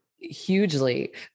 hugely